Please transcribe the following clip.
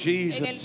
Jesus